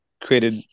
created